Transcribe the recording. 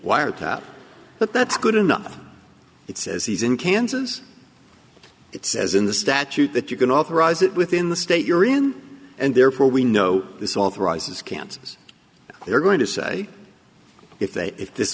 wiretap but that's good enough it says he's in kansas it says in the statute that you can authorize it within the state you're in and therefore we know this authorizes kansas they're going to say if they if this